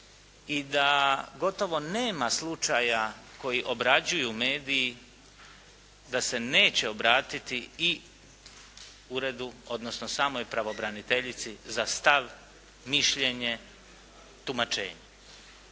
i da gotovo nema slučaja koji obrađuju mediji, da se neće obratiti i uredu, odnosno samoj pravobraniteljici za stav, mišljenje, tumačenje.